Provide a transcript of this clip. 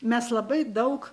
mes labai daug